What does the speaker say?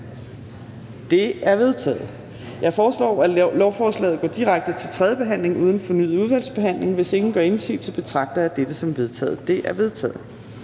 Det er vedtaget. Jeg foreslår, at lovforslaget går direkte til tredje behandling uden fornyet udvalgsbehandling. Hvis ingen gør indsigelse, betragter jeg dette som vedtaget. Det er vedtaget.